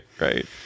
right